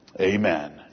Amen